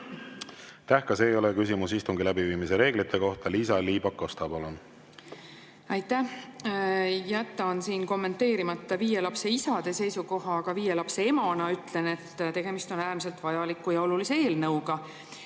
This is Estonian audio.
Ka see ei ole küsimus istungi läbiviimise reeglite kohta. Liisa-Ly Pakosta, palun! Aitäh! Jätan siin kommenteerimata viie lapse isade seisukoha, aga viie lapse emana ütlen, et tegemist on äärmiselt vajaliku ja olulise eelnõuga.